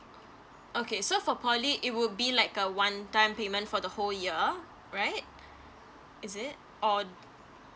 okay so for poly it would be like a one time payment for the whole year right is it or